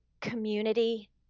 community